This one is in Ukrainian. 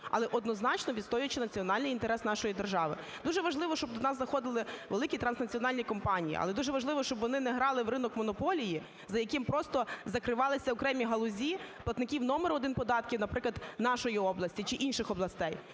але однозначно відстоюючи національний інтерес нашої держави. Дуже важливо, щоб до нас заходили великі транснаціональні компанії. Але дуже важливо, щоб вони не грали в ринок монополії, за яким просто закривалися окремі галузі платників номер один податків, наприклад нашої області чи інших областей.